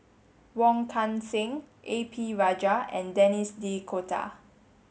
Wong Kan Seng A P Rajah and Denis D'Cotta